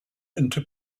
into